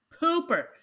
pooper